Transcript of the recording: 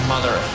Mother